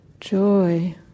joy